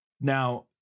Now